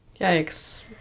yikes